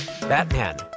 batman